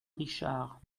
richard